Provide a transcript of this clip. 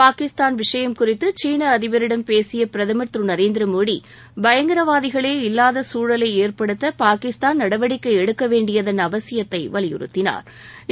பாகிஸ்தான் விஷயம் குறித்து சீன அதிபரிடம் பேசிய பிரதமர் திரு நரேந்திர மோடி பயங்கரவாதிகளே இல்லாத சூழலை ஏற்படுத்த பாகிஸ்தான் நடவடிக்கை எடுக்கவேண்டியதன் அவசியத்தை வலியுறுத்தினாா்